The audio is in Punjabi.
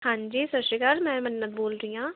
ਹਾਂਜੀ ਸਤਿ ਸ਼੍ਰੀ ਅਕਾਲ ਮੈਂ ਮੰਨਤ ਬੋਲਦੀ ਹਾਂ